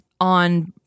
on